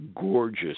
gorgeous